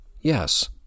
Yes